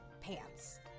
pants